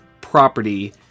property